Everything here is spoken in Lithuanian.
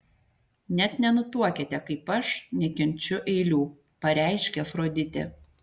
net nenutuokiate kaip aš nekenčiu eilių pareiškė afroditė